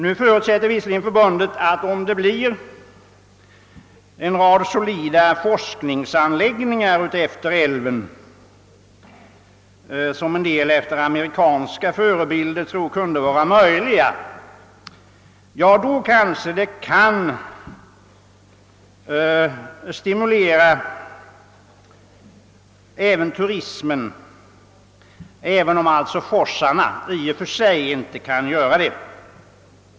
Nu förutsätter visserligen Turisttrafikförbundet att om det efter amerikansk förebild kommer till stånd en rad solida forskningsanläggningar utefter älven — det finns de som tror att det kunde vara möjligt — då skulle det kunna stimulera turismen, även om forsarna i och för sig inte kan göra det.